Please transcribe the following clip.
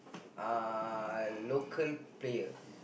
uh local player